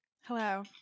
Hello